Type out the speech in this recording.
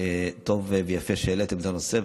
טוב ויפה שהעליתם את הנושא,